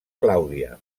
clàudia